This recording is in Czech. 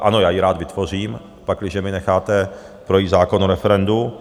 Ano, já ji rád vytvořím, pakliže mi necháte projít zákon o referendu.